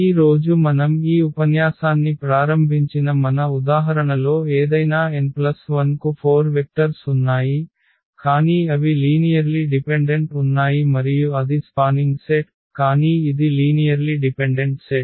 ఈ రోజు మనం ఈ ఉపన్యాసాన్ని ప్రారంభించిన మన ఉదాహరణలో ఏదైనా n1 కు 4 వెక్టర్స్ ఉన్నాయి కానీ అవి లీనియర్లి డిపెండెంట్ ఉన్నాయి మరియు అది స్పానింగ్ సెట్ కానీ ఇది లీనియర్లి డిపెండెంట్ సెట్